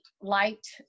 liked